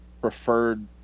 preferred